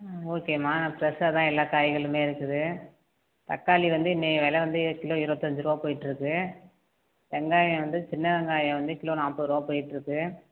ம் ஓகேமா நான் ஃப்ரெஷ்ஷாக தான் எல்லா காய்களுமே இருக்குது தக்காளி வந்து இன்னையை வில வந்து கிலோ இருபத்தஞ்சுரூவா போயிகிட்டு இருக்கு வெங்காய வந்து சின்ன வெங்காய வந்து கிலோ நாற்பரூவா போய்கிட்டு இருக்கு